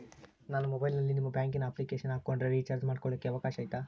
ನಾನು ಮೊಬೈಲಿನಲ್ಲಿ ನಿಮ್ಮ ಬ್ಯಾಂಕಿನ ಅಪ್ಲಿಕೇಶನ್ ಹಾಕೊಂಡ್ರೆ ರೇಚಾರ್ಜ್ ಮಾಡ್ಕೊಳಿಕ್ಕೇ ಅವಕಾಶ ಐತಾ?